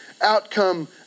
outcome